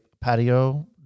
patio